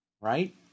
right